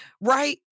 right